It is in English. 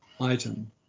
item